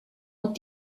and